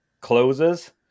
closes